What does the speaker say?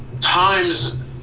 Times